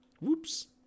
Whoops